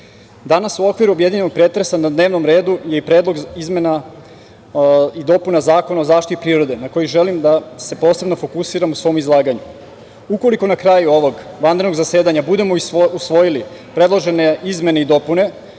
danas u okviru objedinjenog pretresa na dnevnom redu je i Predlog izmena i dopuna Zakona o zaštiti prirode na koji želim da se posebno fokusiram u svom izlaganju. Ukoliko na kraju ovog vanrednog zasedanja budemo usvojili predložene izmene i dopune,